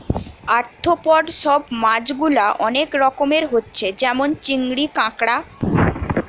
arthropod সব মাছ গুলা অনেক রকমের হচ্ছে যেমন চিংড়ি, কাঁকড়া